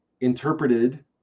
interpreted